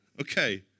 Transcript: Okay